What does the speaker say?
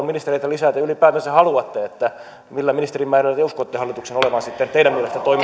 ministereitä lisää te ylipäätänsä haluatte millä ministerimäärällä te uskotte hallituksen olevan sitten teidän